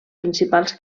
principals